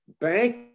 bank